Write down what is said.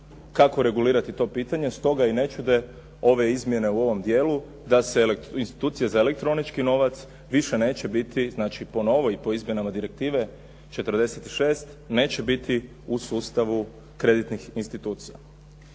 kako regulirati to pitanje, stoga i ne čude ove izmjene u ovom dijelu da se institucije za elektronički novac više neće biti, znači i po novoj i po izmjenama Direktive 46 neće biti u sustavu kreditnih institucija.